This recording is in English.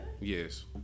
Yes